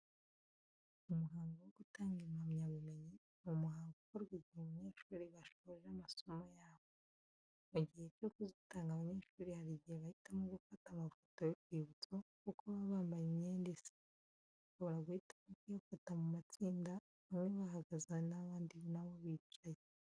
Umuhango wo gutanga impamyabumenyi ni umuhango ukorwa igihe abanyeshuri basoje amasomo yabo. Mu gihe cyo kuzitanga abanyeshuri hari igihe bahitamo gufata amafoto y'urwibutso, kuko baba bambaye imyenda isa. Bashobora guhitamo kuyafata mu matsinda bamwe bahagaze abandi na bo bicaye.